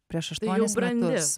prieš aštuonis metus